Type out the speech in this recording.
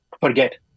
forget